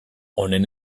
honen